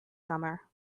summer